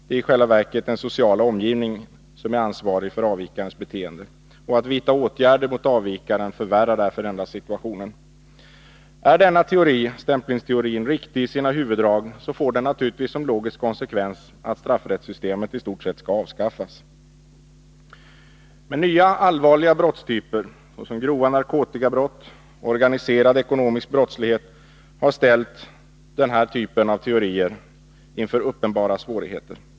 Det är i själva verket den sociala omgivningen som är ansvarig för avvikarens beteende. Att vidta åtgärder mot avvikaren förvärrar därför endast situationen. Är stämplingsteorin riktig i sina huvuddrag får den naturligtvis som logisk konsekvens att straffrättssystemet i stort sett skall avskaffas. Nya allvarliga brottstyper, såsom grova narkotikabrott och organiserad ekonomisk brottslighet, har ställt denna typ av teorier inför uppenbara svårigheter.